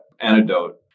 antidote